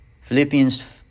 Philippians